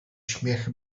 śmiech